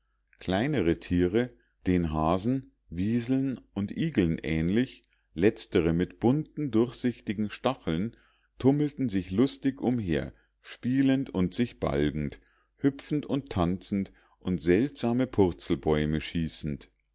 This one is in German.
kleinere tiere den hasen wieseln und igeln ähnlich letztere mit bunten durchsichtigen stacheln tummelten sich lustig umher spielend und sich balgend hüpfend und tanzend und seltsame purzelbäume schießend